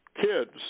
kids